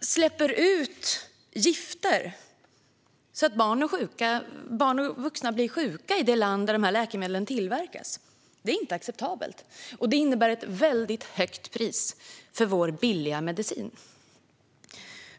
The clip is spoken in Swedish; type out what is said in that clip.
släpper ut gifter så att barn och vuxna i de länder där dessa läkemedel tillverkas blir sjuka. Det är inte acceptabelt, och det innebär ett väldigt högt pris för vår billiga medicin.